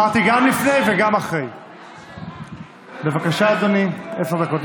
ותעבור להמשך דיון בוועדת הכנסת